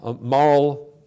moral